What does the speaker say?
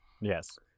Yes